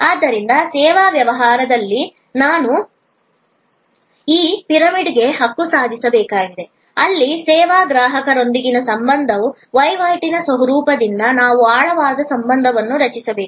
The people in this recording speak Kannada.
ಆದ್ದರಿಂದ ಸೇವಾ ವ್ಯವಹಾರದಲ್ಲಿ ನಾವು ಈ ಪಿರಮಿಡ್ಗೆ ಹಕ್ಕು ಸಾಧಿಸಬೇಕಾಗಿದೆ ಅಲ್ಲಿ ಸೇವಾ ಗ್ರಾಹಕರೊಂದಿಗಿನ ಸಂಬಂಧದ ವಹಿವಾಟಿನ ಸ್ವರೂಪದಿಂದ ನಾವು ಆಳವಾದ ಸಂಬಂಧವನ್ನು ರಚಿಸಬೇಕಾಗಿದೆ